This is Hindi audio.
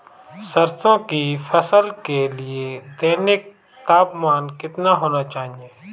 सरसों की फसल के लिए दैनिक तापमान कितना होना चाहिए?